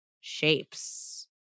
shapes